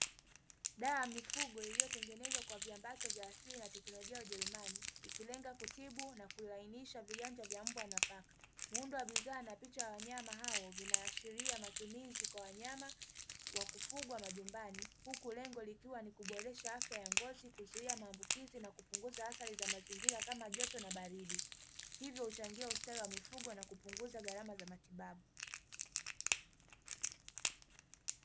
Dawa ya mifugo iliyotengenezwa kwa viambato vya asili na teknolojia ujerumani, ikilenga kutibu na kulainisha viganja vya mbwa na paka, muundo wa bidhaa na picha ya wanyama hao vinaashiria matumizi kwa wanyama kwa kufugwa majumbani huku lengo likiwa ni kuboresha afya ya ngozi kuzuia maambukizi, na kupunguza athari za mazingira kama joto na baridi hivyo huchangia ustawi wa mifugo na kupunguza gharama za matibabu.